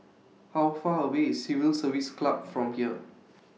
How Far away IS Civil Service Club from here